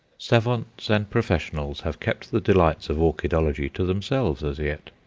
savants and professionals have kept the delights of orchidology to themselves as yet.